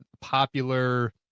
popular